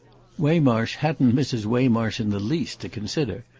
waymarsh hadn't mrs. waymarsh in the least to consider,